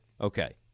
Okay